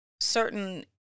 certain